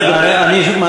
מה